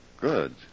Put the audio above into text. Good